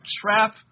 trap